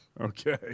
Okay